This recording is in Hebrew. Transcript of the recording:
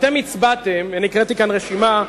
קראתי כאן רשימה,